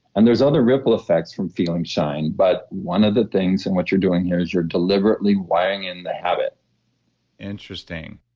and there's other ripple effects from feeling shine, but one of the things in what you're doing here is you're deliberately wiring in the habit interesting.